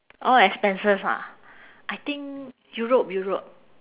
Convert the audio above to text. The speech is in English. all expenses ah I think europe europe